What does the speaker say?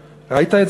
ראיתי.